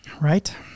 Right